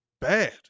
bad